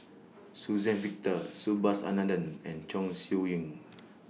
Suzann Victor Subhas Anandan and Chong Siew Ying